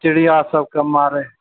चिड़ियाँ सबके मारय